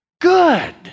good